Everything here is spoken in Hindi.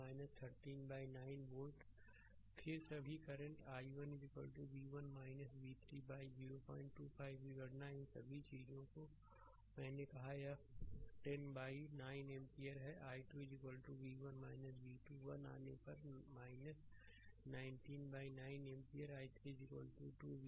स्लाइड समय देखें 0505 फिर सभी current i1 v1 v3 by 025 की गणना इन सभी चीजों को मैंने कहा है यह 10 बाई 9 एम्पीयर है i 2 v1 v2 1 आने पर 19 बाइ 9 एम्पीयर i3 2 v2